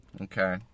Okay